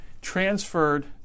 transferred